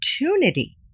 opportunity